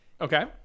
Okay